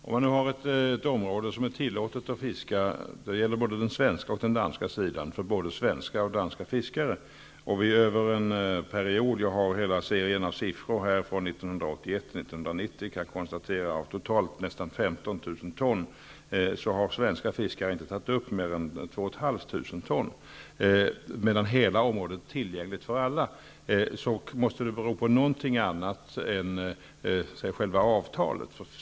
Fru talman! Detta är ett område där det är tillåtet att fiska på både den svenska sidan och den danska sidan för svenska och danska fiskare. Jag har här hela serien av siffror från 1981--1990, och jag kan konstatera, att av totalt nästa 15 000 ton har svenska fiskare inte tagit upp mer än 2 500 ton, medan hela området är tillgängligt för alla. Det måste bero på någonting annat än själva avtalet.